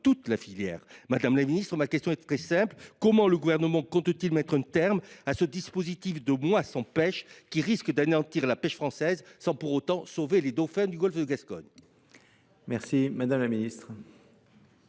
Madame la ministre, ma question est très simple : comment le Gouvernement compte t il mettre un terme à ce dispositif du mois sans pêche, qui risque d’anéantir la pêche française sans pour autant sauver les dauphins du golfe de Gascogne ?